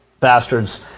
bastards